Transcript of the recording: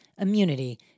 immunity